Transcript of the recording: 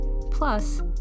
plus